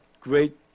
Great